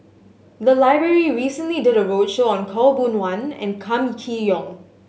the library recently did a roadshow on Khaw Boon Wan and Kam Kee Yong